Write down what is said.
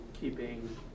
keeping